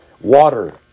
water